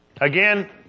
Again